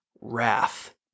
wrath